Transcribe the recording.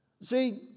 See